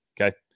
okay